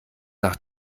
nach